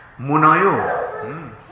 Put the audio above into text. Munayo